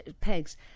pegs